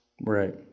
Right